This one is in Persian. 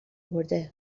برده